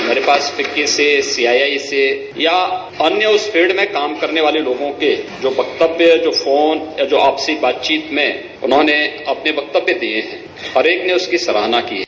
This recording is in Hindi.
हमारे पास सीआईआई से य अन्य उस फील्ड में काम करने वाले लोगों के जो वक्तव्य जो फोन आपसी बातचीत में उन्होंने अपने वक्तव्य दिये है हर एक ने उसकी सराहना की है